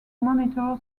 monitor